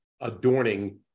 adorning